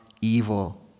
evil